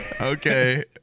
Okay